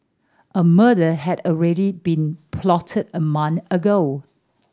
a murder had already been plotted a month ago